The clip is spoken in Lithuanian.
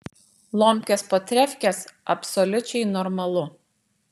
lomkės po trefkės absoliučiai normalu